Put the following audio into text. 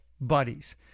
buddies